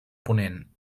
ponent